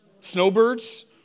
Snowbirds